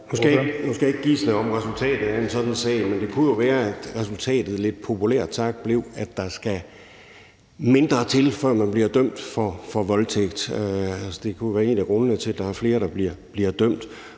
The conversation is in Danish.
jeg ikke gisne om resultatet af en sådan undersøgelse, men det kunne jo være, at resultatet lidt populært sagt blev, at der skal mindre til, for at man bliver dømt for voldtægt. Altså, det kunne jo være en af grundene til, at der er flere, der bliver dømt.